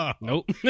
Nope